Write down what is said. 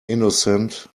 innocent